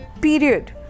Period